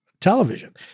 television